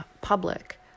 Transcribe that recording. public